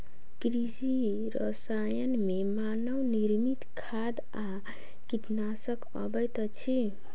कृषि रसायन मे मानव निर्मित खाद आ कीटनाशक अबैत अछि